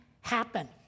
happen